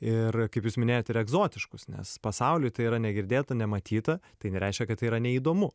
ir kaip jūs minėjote ir egzotiškus nes pasauly tai yra negirdėta nematyta tai nereiškia kad tai yra neįdomu